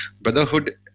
Brotherhood